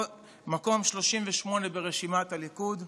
מקום 38 ברשימת הליכוד,